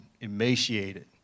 emaciated